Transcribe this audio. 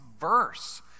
verse